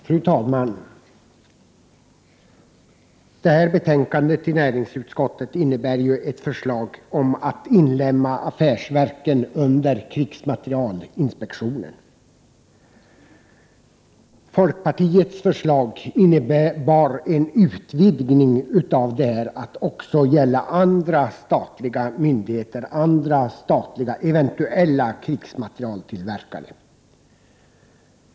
Fru talman! Det här betänkandet från näringsutskottet gäller ett förslag om att inlemma affärsverken under krigsmaterielinspektionen. Folkpartiets förslag innebär en utvidgning av förslaget till att också gälla andra statliga myndigheter och andra statliga eventuella krigsmaterieltillverkare.